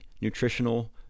nutritional